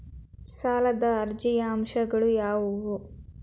ಸಾಲದ ಅರ್ಜಿಯ ಅಂಶಗಳು ಯಾವುವು?